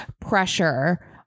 pressure